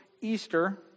Easter